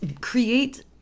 create